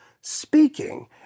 speaking